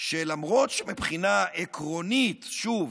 שלמרות שמבחינה עקרונית, שוב,